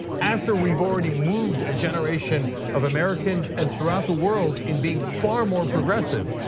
after we've already moved a generation of americans and throughout the world in being far more progressive.